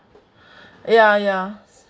ya ya